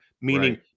meaning